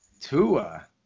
Tua